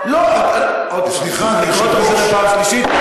לא, סליחה, אני קורא אותך לסדר פעם שלישית.